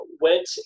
went